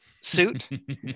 suit